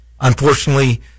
unfortunately